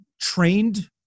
trained